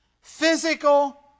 physical